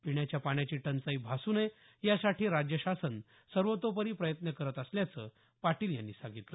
पिण्याच्या पाण्याची टंचाई भासू नये यासाठी राज्य शासन सर्वोतोपरी प्रयत्न करत असल्याचं पाटील यांनी सांगितलं